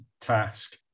task